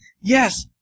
Yes